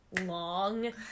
long